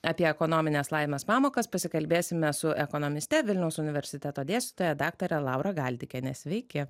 apie ekonominės laimės pamokas pasikalbėsime su ekonomiste vilniaus universiteto dėstytoja daktare laura galdikiene sveiki